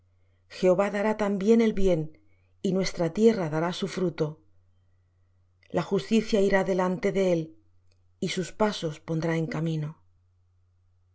jehová dará también el bien y nuestra tierra dará su fruto la justicia irá delante de él y sus pasos pondrá en camino